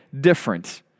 different